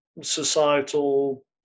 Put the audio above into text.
societal